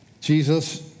Jesus